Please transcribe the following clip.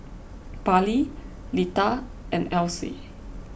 Parley Lita and Else